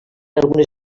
algunes